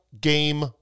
game